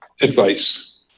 advice